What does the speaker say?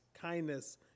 kindness